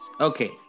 Okay